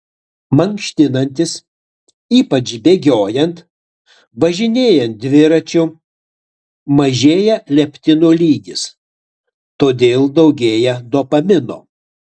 mankštinantis ypač bėgiojant važinėjant dviračiu mažėja leptino lygis todėl daugėja dopamino